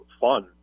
fun